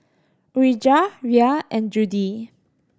Urijah Rhea and Judy